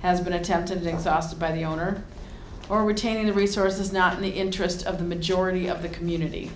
has been attempted exhausted by the owner or retaining the resource is not in the interest of the majority of the community